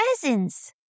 presents